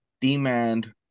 demand